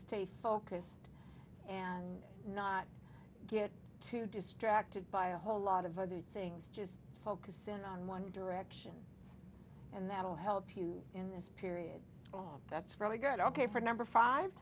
stay focused and not get too distracted by a whole lot of other things just focus in on one direction and that'll help you in this period oh that's really good ok for number five